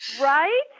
Right